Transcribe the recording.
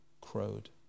crowed